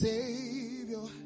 Savior